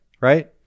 right